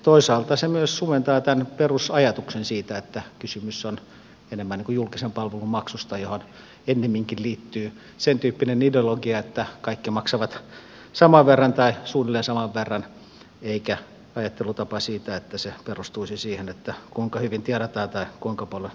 toisaalta se myös sumentaa perusajatuksen siitä että kysymys on enemmän julkisen palvelun maksusta johon ennemminkin liittyy sentyyppinen ideologia että kaikki maksavat saman verran tai suunnilleen saman verran eikä sellainen ajattelutapa että se perustuisi siihen kuinka hyvin tienataan tai kuinka paljon voittoa tehdään